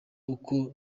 uko